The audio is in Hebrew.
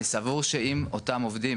אני סבור שאם אותם עובדים,